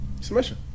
Submission